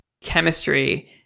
chemistry